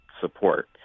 support